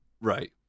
Right